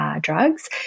drugs